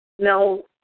No